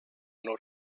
non